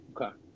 Okay